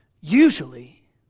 usually